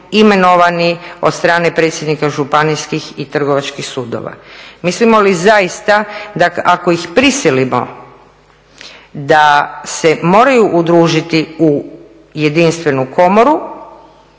imenovani od strane predsjednika županijskih i trgovačkih sudova. Mislimo li zaista da ako ih prisilimo da se moraju udružiti u jedinstvenu komoru,